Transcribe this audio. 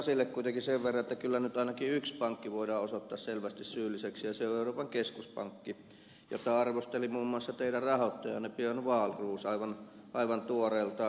sasille kuitenkin sen verran että kyllä nyt ainakin yksi pankki voidaan osoittaa selvästi syylliseksi ja se on euroopan keskuspankki jota arvosteli muun muassa teidän rahoittajanne björn wahlroos aivan tuoreeltaan